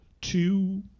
two